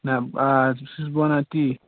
نَہ آز چھُس بہٕ ونان تی